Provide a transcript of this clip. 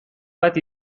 bat